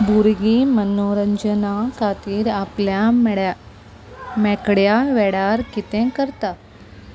भुरगीं मनोरंजना खातीर आपल्या मेळ्या मेकळ्या वेळार कितें करता